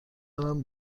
دارم